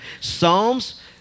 Psalms